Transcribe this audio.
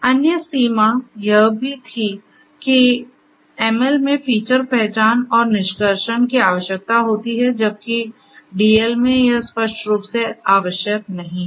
अन्य सीमा यह भी थी कि ML में फीचर पहचान और निष्कर्षण की आवश्यकता होती है जबकि डीएल में यह स्पष्ट रूप से आवश्यक नहीं है